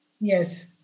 Yes